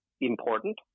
important